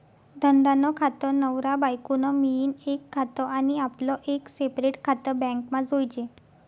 धंदा नं खातं, नवरा बायको नं मियीन एक खातं आनी आपलं एक सेपरेट खातं बॅकमा जोयजे